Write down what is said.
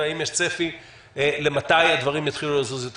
והאם יש צפי למתי הדברים יתחילו לזוז יותר